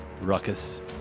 Ruckus